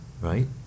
right